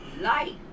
light